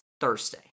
Thursday